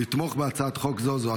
לתמוך בהצעת חוק זו.